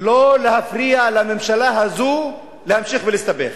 לא להפריע לממשלה הזו להמשיך להסתבך.